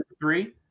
Three